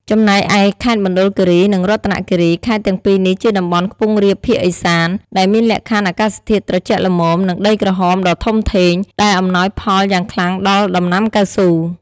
ចំណែកឯខេត្តមណ្ឌលគិរី និងរតនគិរី ខេត្តទាំងពីរនេះជាតំបន់ខ្ពង់រាបភាគឦសាន ដែលមានលក្ខខណ្ឌអាកាសធាតុត្រជាក់ល្មម និងដីក្រហមដ៏ធំធេង ដែលអំណោយផលយ៉ាងខ្លាំងដល់ដំណាំកៅស៊ូ។